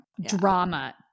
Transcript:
Drama